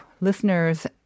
listeners